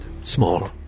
small